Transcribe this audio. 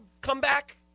comeback